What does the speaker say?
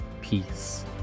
Peace